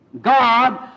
God